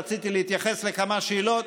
רציתי להתייחס לכמה שאלות.